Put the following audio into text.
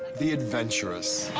the adventurous.